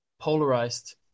polarized